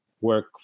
work